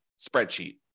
spreadsheet